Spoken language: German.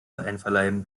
einverleiben